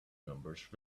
numbers